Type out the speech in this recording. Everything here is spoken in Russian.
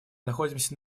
находимся